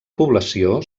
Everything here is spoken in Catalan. població